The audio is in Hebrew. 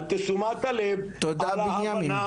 על תשומת הלב על ההבנה,